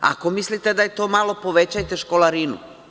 Ako mislite da je to malo, povećajte školarinu.